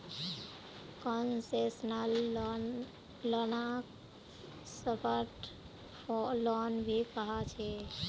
concessional लोनक soft loan भी कह छे